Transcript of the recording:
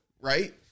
right